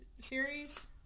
series